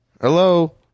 Hello